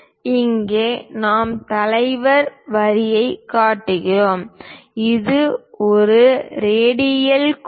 இங்கே நாம் தலைவர் வரியைக் காட்டுகிறோம் இதுவும் ஒரு ரேடியல் கோடு